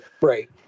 Right